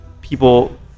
people